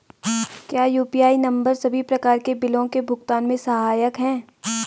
क्या UPI number सभी प्रकार के बिलों के भुगतान में सहायक हैं?